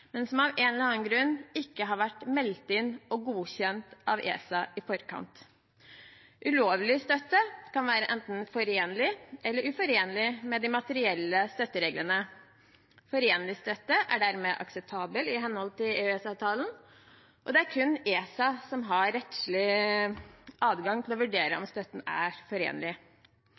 men som av en eller annen grunn ikke har vært meldt inn og godkjent av ESA i forkant. Ulovlig støtte kan være enten forenlig eller uforenlig med de materielle støttereglene. Forenlig støtte er dermed akseptabel i henhold til EØS-avtalen, og det er kun ESA som har rettslig adgang til å vurdere om støtten er forenlig.